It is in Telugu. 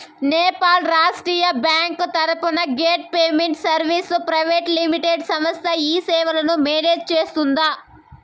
నేపాల్ రాష్ట్రీయ బ్యాంకు తరపున gate payment services private limited సంస్థ ఈ సేవలను మేనేజ్ సేస్తుందా?